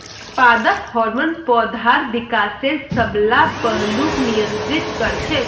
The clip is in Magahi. पादप हार्मोन पौधार विकासेर सब ला पहलूक नियंत्रित कर छेक